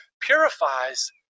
purifies